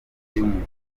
y’umukuru